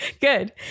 Good